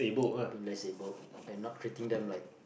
being less able and not treating them like